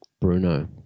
Bruno